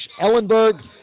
Ellenberg